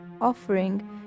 offering